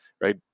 right